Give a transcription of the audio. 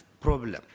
problem